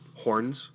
horns